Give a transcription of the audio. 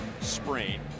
sprain